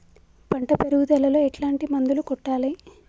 పంట పెరుగుదలలో ఎట్లాంటి మందులను కొట్టాలి?